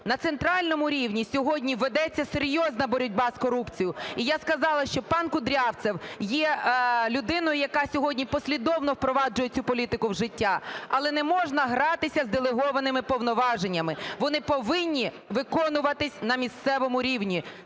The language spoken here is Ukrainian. На центральному рівні сьогодні ведеться серйозна боротьба з корупцією. І я сказала, що пан Кудрявцев є людиною, яка сьогодні послідовно впроваджує цю політику в життя. Але не можна гратися з делегованими повноваженнями. Вони повинні виконуватись на місцевому рівні